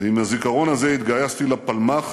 ועם הזיכרון הזה התגייסתי לפלמ"ח